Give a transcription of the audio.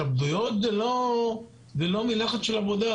התאבדויות זה לא מלחץ של עבודה,